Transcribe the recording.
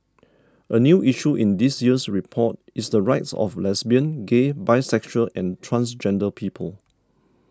a new issue in this year's report is the rights of lesbian gay bisexual and transgender people